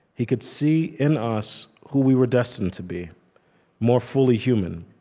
he could see in us who we were destined to be more fully human.